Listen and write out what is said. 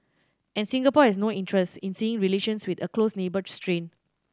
and Singapore has no interest in seeing relations with a close neighbour strained